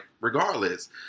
regardless